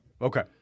okay